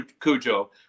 Cujo